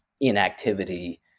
inactivity